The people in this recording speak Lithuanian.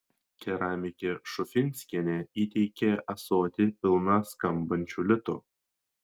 keramikė šufinskienė įteikė ąsotį pilną skambančių litų